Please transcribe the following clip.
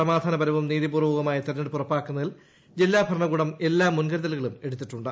സമാധാനപരവും നീതി പൂർവ്വകവുമായ തെരഞ്ഞെടുപ്പ് ഉറപ്പാക്കുന്നതിൽ ജില്ലാ ഭരണകൂടം എല്ലാ മുൻകരുതലുകളും എടുത്തിട്ടുണ്ട്